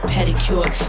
Pedicure